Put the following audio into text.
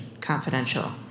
confidential